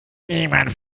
niemand